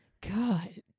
God